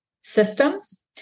systems